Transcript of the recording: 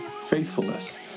faithfulness